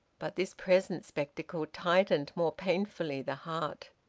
but this present spectacle tightened more painfully the heart.